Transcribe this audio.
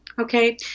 okay